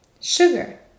sugar